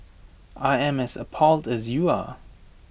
I am as appalled as you are